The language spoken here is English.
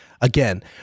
again